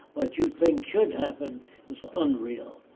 what you think should happen is unreal.